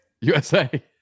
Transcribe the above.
USA